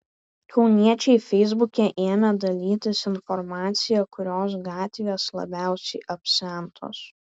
kauniečiai feisbuke ėmė dalytis informacija kurios gatvės labiausiai apsemtos